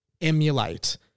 emulate